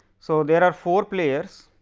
so, there are four players,